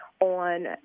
on